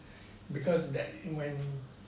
because that when